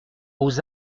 aux